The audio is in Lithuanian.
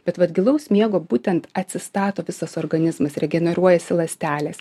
bet vat gilaus miego būtent atsistato visas organizmas regeneruojasi ląstelės